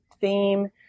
theme